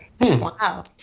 Wow